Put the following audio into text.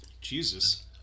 Jesus